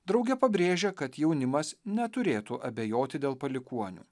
drauge pabrėžia kad jaunimas neturėtų abejoti dėl palikuonių